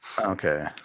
Okay